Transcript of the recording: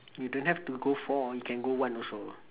you don't have to go four you can go one also